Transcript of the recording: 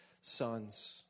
sons